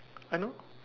I know